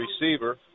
receiver